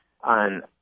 on